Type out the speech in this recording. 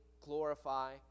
glorify